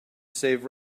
save